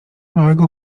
małego